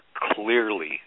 clearly